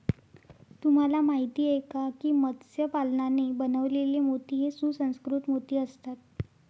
तुम्हाला माहिती आहे का की मत्स्य पालनाने बनवलेले मोती हे सुसंस्कृत मोती असतात